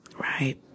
right